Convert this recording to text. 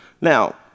Now